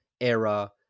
era